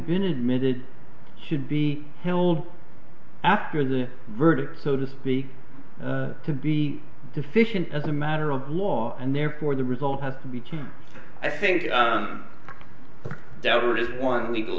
been admitted should be held after the verdict so to speak to be deficient as a matter of law and therefore the result has to be to i think that is one legal